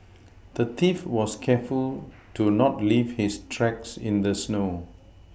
the thief was careful to not leave his tracks in the snow